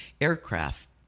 aircraft